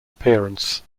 appearance